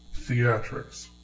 theatrics